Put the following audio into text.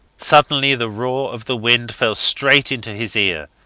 suddenly the roar of the wind fell straight into his ear,